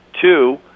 two